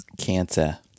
Cancer